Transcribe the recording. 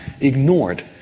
ignored